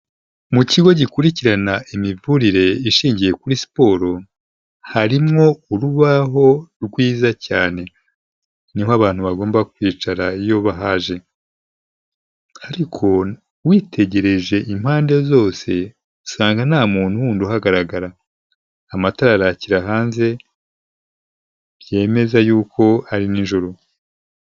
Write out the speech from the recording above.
Mu kigo gikurikirana imivurire ishingiye kuri siporo harimo urubaho rwiza cyane, niho abantu bagomba kwicara iyo bahaje ariko witegereje impande zose usanga nta muntu wundi uhagaragara, amatara arakira hanze byemeza yuko ari nijoro.